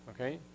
okay